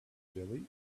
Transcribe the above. jelly